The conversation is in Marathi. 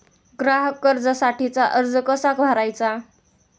ग्राहक कर्जासाठीचा अर्ज कसा भरायचा?